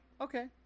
okay